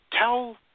tell